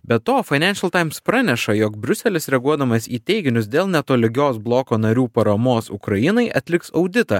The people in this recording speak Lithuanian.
be to fainenšel taims praneša jog briuselis reaguodamas į teiginius dėl netolygios bloko narių paramos ukrainai atliks auditą